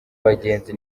bagenzi